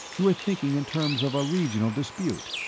you were thinking in terms of a regional dispute.